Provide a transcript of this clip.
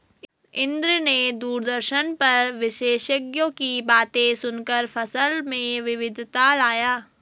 इंद्र ने दूरदर्शन पर विशेषज्ञों की बातें सुनकर फसल में विविधता लाया